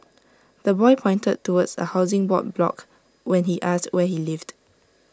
the boy pointed towards A Housing Board block when asked where he lived